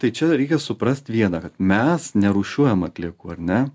tai čia reikia suprast vieną kad mes nerūšiuojam atliekų ar ne